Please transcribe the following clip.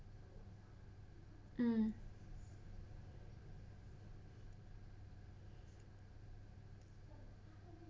mm